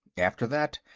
after that,